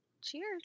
Cheers